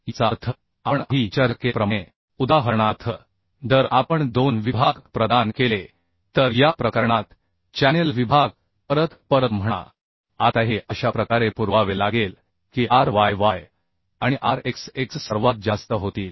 याचा अर्थ आपण आधी चर्चा केल्याप्रमाणेउदाहरणार्थ जर आपण 2 विभाग प्रदान केले तर या प्रकरणात चॅनेल विभाग एकामागुन एक येतील आता हे अशा प्रकारे पुरवावे लागेल की R y y आणि R x x सर्वात जास्त होतील